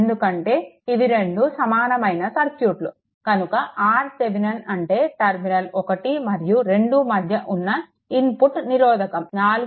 ఎందుకంటే ఇవి రెండు సమానమైన సర్క్యూట్లు కనుక RThevenin అంటే టర్మినల్ 1 మరియు 2 మధ్య ఉన్న ఇన్పుట్ నిరోధకం 4